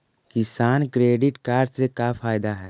किसान credit card से का फायदा है?